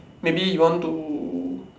maybe you want to